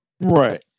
right